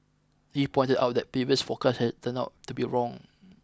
he pointed out that previous forecasts had turned out to be wrong